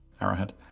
Arrowhead